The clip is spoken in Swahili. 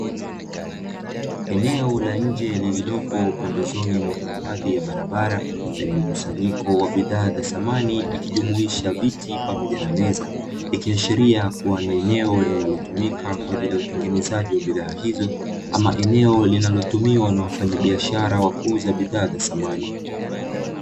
Eneo la nje lililopo pembezoni mwa hifadhi ya barabara, lenye mkusanyiko wa bidhaa za samani, ikijumuisha miti pamoja na meza. Ikiashiria kuwa ni eneo linalotumika kwa ajili ya utengenezaji wa bidhaa hizo ama eneo linalotumiwa na wafanyabiashara wa kuuza bidhaa za samani.